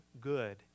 good